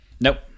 Nope